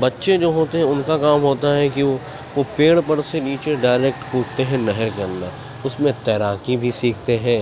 بچے جو ہوتے ہیں ان کا کام ہوتا ہے کہ وہ وہ پیڑ پر سے نیچے ڈائریکٹ کودتے ہیں نہر کے اندر اس میں تیراکی بھی سیکھتے ہیں